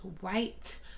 white